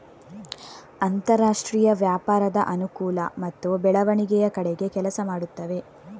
ಅಂತರಾಷ್ಟ್ರೀಯ ವ್ಯಾಪಾರದ ಅನುಕೂಲ ಮತ್ತು ಬೆಳವಣಿಗೆಯ ಕಡೆಗೆ ಕೆಲಸ ಮಾಡುತ್ತವೆ